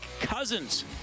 Cousins